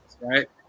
right